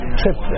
trip